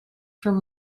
from